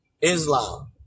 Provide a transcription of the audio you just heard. Islam